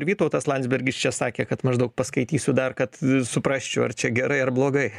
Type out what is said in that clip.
vytautas landsbergis čia sakė kad maždaug paskaitysiu dar kad suprasčiau ar čia gerai ar blogai